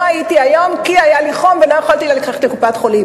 הייתי היום כי היה לי חום ולא יכולתי ללכת לקופת-חולים,